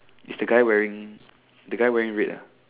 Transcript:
is the guy wearing the guy wearing red ah